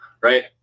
right